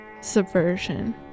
subversion